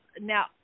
now